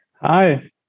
Hi